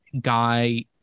guy